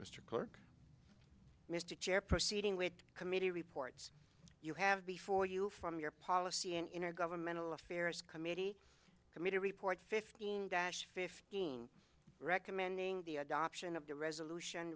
mr clarke mr chair proceeding with committee reports you have before you from your policy an intergovernmental affairs committee committee report fifteen dash fifteen recommending the adoption of the resolution